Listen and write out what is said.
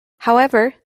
however